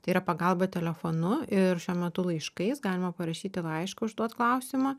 tai yra pagalba telefonu ir šiuo metu laiškais galima parašyti laišką užduot klausimą